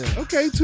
Okay